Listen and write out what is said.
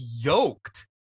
yoked